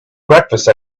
breakfast